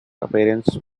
appearance